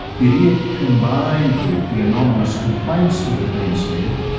did it combined with the anonymous complaints that had been said,